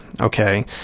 Okay